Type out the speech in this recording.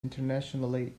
internationally